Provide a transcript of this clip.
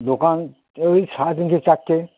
দোকান ওই সাড়ে তিনটে চারটে